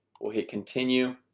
we'll hit continue